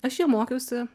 aš ją mokiausi